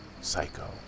Psycho